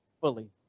fully